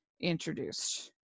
introduced